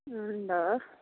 अँ ल